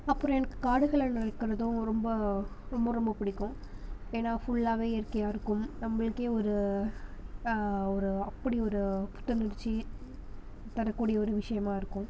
அப்புறம் எனக்கு காடுகளில் நடக்கிறதும் ரொம்ப ரொம்ப ரொம்ப பிடிக்கும் ஏன்னால் ஃபுல்லாகவே இயற்கையாக இருக்கும் நம்பளுக்கே ஒரு ஒரு அப்படி ஒரு புத்துணர்ச்சி தரக்கூடிய ஒரு விஷயமா இருக்கும்